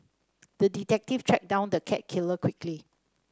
the detective tracked down the cat killer quickly